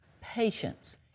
patience